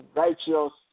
righteous